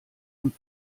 und